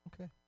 Okay